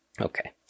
Okay